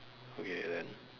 okay then